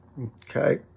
okay